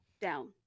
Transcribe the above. down